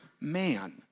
man